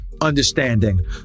understanding